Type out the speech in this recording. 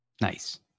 nice